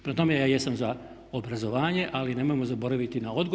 Prema tome, ja jesam za obrazovanje, ali nemojmo zaboraviti na odgoj.